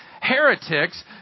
heretics